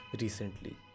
recently